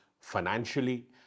financially